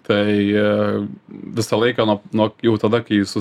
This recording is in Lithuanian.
tai visą laiką nuo nuo jau tada kai su